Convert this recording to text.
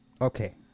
Okay